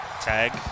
tag